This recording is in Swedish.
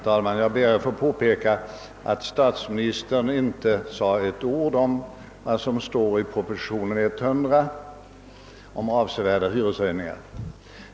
Herr talman! Jag ber att få påpeka att statsministern inte sade ett ord om vad som står i propositionen nr 100 om avsevärda hyreshöjningar.